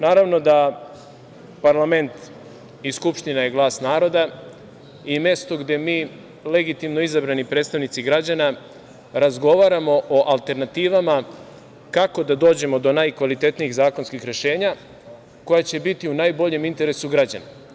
Naravno da parlament i Skupština je glas naroda i mesto gde mi, legitimno izabrani predstavnici građana, razgovaramo o alternativama kako da dođemo do najkvalitetnijih zakonskih rešenja koja će biti u najboljem interesu građana.